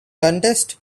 contested